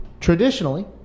Traditionally